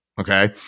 okay